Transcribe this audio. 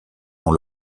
dans